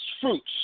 fruits